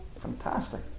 fantastic